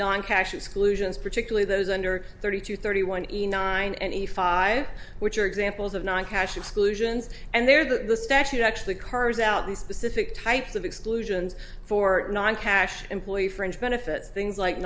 non cash exclusions particularly those under thirty to thirty one hundred nine and eighty five which are examples of noncash exclusions and they're the statute actually cars out the specific types of exclusions for non cash employee fringe benefits things like